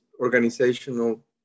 organizational